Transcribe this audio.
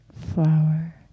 flower